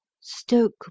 Stoke